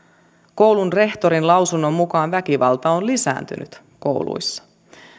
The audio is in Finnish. koulun rehtorin lausunnon mukaan väkivalta on lisääntynyt kouluissa